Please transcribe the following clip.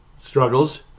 struggles